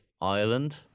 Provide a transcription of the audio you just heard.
Ireland